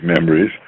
memories